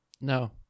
No